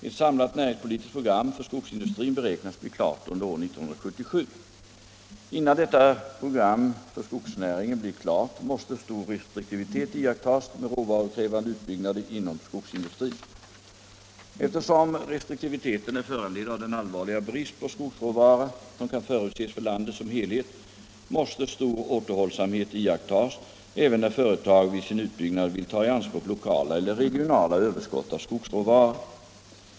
Ett samlat näringspolitiskt program för skogsindustrin beräknas bli klart under år 1977. Innan detta program för skogsnäringen blir klart måste stor restriktivitet iakttas med råvarukrävande utbyggnader inom skogsindustrin. Eftersom restriktiviteten är föranledd av den allvarliga brist på skogsråvara som kan förutses för landet som helhet måste stor återhållsamhet iakttas även när företag vid sin utbyggnad vill ta i anspråk lokala eller regionala överskott av skogsråvara.